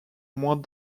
moins